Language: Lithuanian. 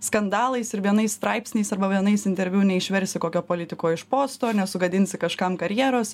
skandalais ir vienais straipsniais arba vienais interviu neišversi kokio politiko iš posto nesugadinsi kažkam karjeros